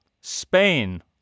Spain